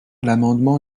l’amendement